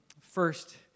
First